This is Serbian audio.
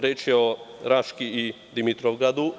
Reč je o Raškoj i Dimitrovgradu.